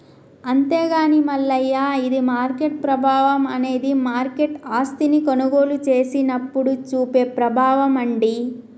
అంతేగాని మల్లయ్య ఇది మార్కెట్ ప్రభావం అనేది మార్కెట్ ఆస్తిని కొనుగోలు చేసినప్పుడు చూపే ప్రభావం అండి